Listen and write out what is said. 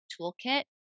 toolkit